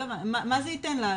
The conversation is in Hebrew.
מה זה ייתן לה?